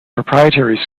proprietary